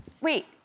Wait